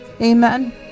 amen